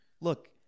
look